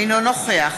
אינו נוכח